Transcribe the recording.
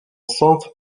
centre